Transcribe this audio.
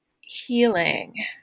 healing